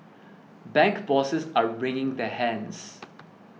bank bosses are wringing their hands